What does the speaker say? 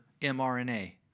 mRNA